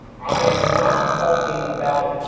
i am not talking about ah